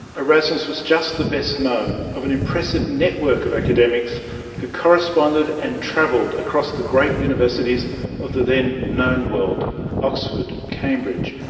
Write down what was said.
erasmus was just the best-known of an impressive network of academics who corresponded and travelled between the great universities of the then known world oxford, cambridge,